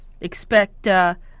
Expect